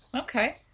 Okay